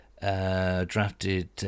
drafted